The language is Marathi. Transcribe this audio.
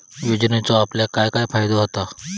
योजनेचो आपल्याक काय काय फायदो होता?